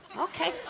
Okay